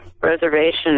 reservation